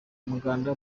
umuganda